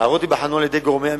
ההערות ייבחנו על-ידי גורמי המקצוע,